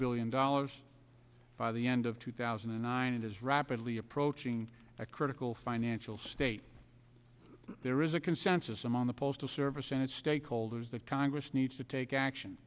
billion dollars by the end of two thousand and nine and is rapidly approaching a critical financial state there is a consensus among the postal service and its stakeholders that congress needs to take action